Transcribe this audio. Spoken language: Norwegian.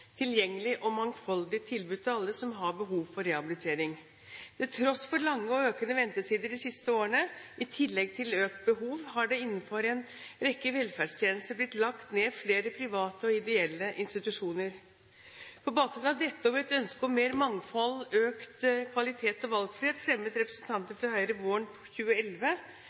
tilgjengelig og mangfoldig tilbud til alle som har behov for rehabilitering. Til tross for lange og økende ventetider de siste årene, i tillegg til økt behov, har det innenfor en rekke velferdstjenester blitt lagt ned flere private og ideelle institusjoner. På bakgrunn av dette og med et ønske om mer mangfold, økt kvalitet og valgfrihet, fremmet representanter fra Høyre våren 2011